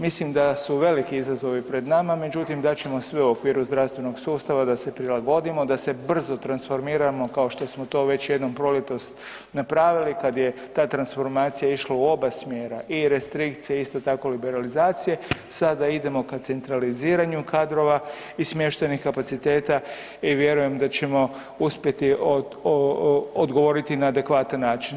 Mislim da su veliki izazovi pred nama, međutim dat ćemo sve u okviru zdravstvenog sustava da se prilagodimo, da se brzo transformiramo kao što smo to već jednom proljetos napravili kad je ta transformacija išla u oba smjera i restrikcije isto tako liberalizacije, sada idemo ka centraliziranju kadrova i smještajnih kapaciteta i vjerujem da ćemo uspjeti odgovoriti na adekvatan način.